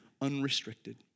unrestricted